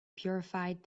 purified